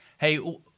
Hey